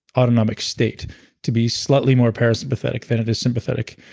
autonomic state to be slightly more parasympathetic than it is sympathetic,